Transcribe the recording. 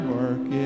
work